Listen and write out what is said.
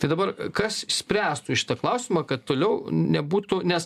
tai dabar kas spręstų šitą klausimą kad toliau nebūtų nes